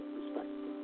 respect